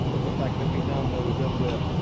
of the fact that we now know that we're,